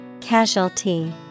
Casualty